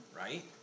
right